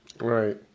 Right